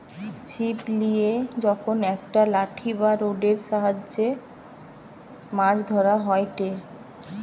ছিপ লিয়ে যখন একটা লাঠি বা রোডের সাহায্যে মাছ ধরা হয়টে